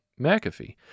McAfee